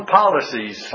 policies